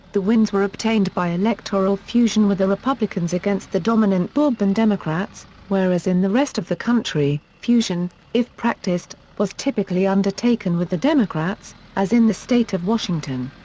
the wins were obtained by electoral fusion with the republicans against the dominant bourbon democrats, whereas in the rest of the country, fusion, if practiced, was typically undertaken with the democrats, as in the state of washington.